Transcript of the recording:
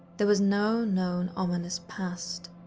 there was no known ominous past.